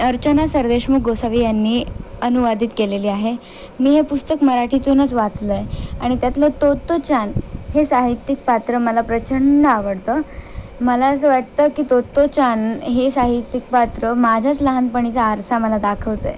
अर्चना सरदेशमुख गोसावि यांनी अनुवादित केलेली आहे मी हे पुस्तक मराठीतूनच वाचलं आहे आणि त्यातलं तोतोचान हे साहित्यिक पात्र मला प्रचंड आवडतं मला असं वाटतं की तोतोचान हे साहित्यिक पात्र माझ्याच लहानपणीचा आरसा मला दाखवतं आहे